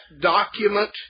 document